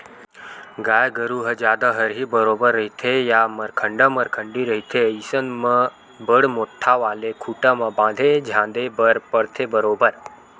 गाय गरु ह जादा हरही बरोबर रहिथे या मरखंडा मरखंडी रहिथे अइसन म बड़ मोट्ठा वाले खूटा म बांधे झांदे बर परथे बरोबर